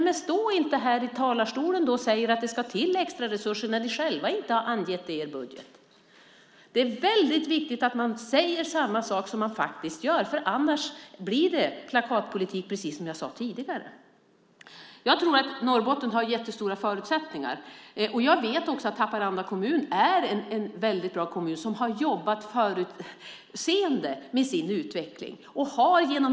Men stå inte här i talarstolen och säg att det ska till extraresurser när ni själva inte har angett det i er budget! Det är väldigt viktigt att man säger samma sak som man faktiskt gör, annars blir det plakatpolitik, precis som jag sade tidigare. Jag tror att Norrbotten har jättestora förutsättningar. Jag vet också att Haparanda kommun är en väldigt bra kommun som har jobbat förutseende med sin utveckling.